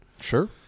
Sure